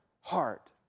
heart